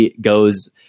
goes